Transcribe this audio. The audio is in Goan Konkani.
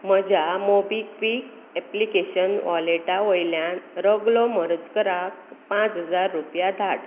म्हज्या मोबीक्विक ऍप्लिकेशन वॉलेटा वयल्यान रोगलो मोरजकाराक पांच हजार रुपया धाड